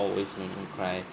always make me cry